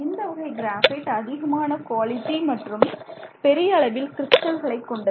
இந்த வகை கிராபைட் அதிகமான குவாலிட்டி மற்றும் பெரிய அளவில் கிறிஸ்டல்களை கொண்டது